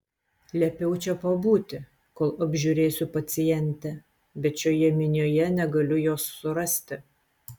liepiau čia pabūti kol apžiūrėsiu pacientę bet šioje minioje negaliu jos surasti